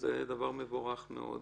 אז זה דבר מבורך מאוד,